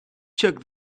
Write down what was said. jerk